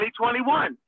2021